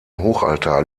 hochaltar